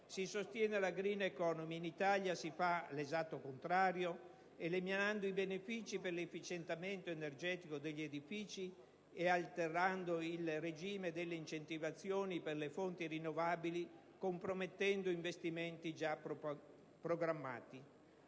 si sostiene la *green economy*; in Italia si fa l'esatto contrario eliminando i benefici per l'efficientamento energetico degli edifici e alterando il regime delle incentivazioni per le fonti rinnovabili, compromettendo investimenti già programmati.